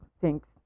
Thanks